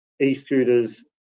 e-scooters